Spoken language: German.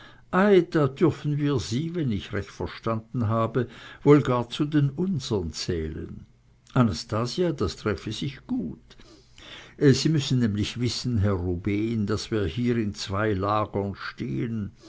da dürfen wir sie wenn ich recht verstanden habe wohl gar zu den unseren zählen anastasia das träfe sich gut sie müssen nämlich wissen herr rubehn daß wir hier in zwei lagern stehen